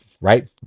right